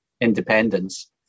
independence